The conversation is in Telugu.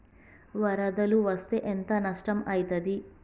వరదలు వస్తే ఎంత నష్టం ఐతది?